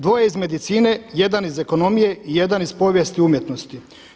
Dvoje iz medicine, jedan iz ekonomije i jedan iz povijesti umjetnosti.